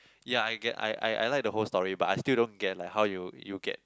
ya I get I I I like the whole story but I still don't get like how you you get